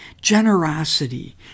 generosity